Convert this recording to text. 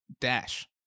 dash